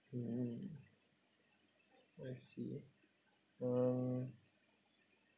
mm I see uh